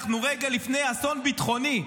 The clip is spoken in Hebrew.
אנחנו רגע לפני אסון ביטחוני.